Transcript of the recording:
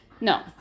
No